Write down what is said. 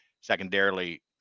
Secondarily